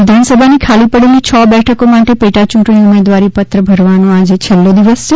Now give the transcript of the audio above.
રાજય વિધાનસભાની ખાલી પડેલી છ બેઠકો માટે પેટાચુંટણી ઉમેદવારી પત્ર ભરવાની આજે છેલ્લો દિવસ છે